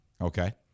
Okay